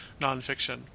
nonfiction